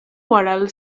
huaral